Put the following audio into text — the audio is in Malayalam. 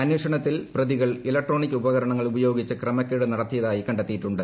അന്വേഷണത്തിൽ പ്രതികൾ ഇലക്ട്രോണിക് ഉപകരണങ്ങൾ ഉപയോഗിച്ച് ക്രമക്കേട് നടത്തിയതായി കണ്ടെത്തിയിട്ടുണ്ട്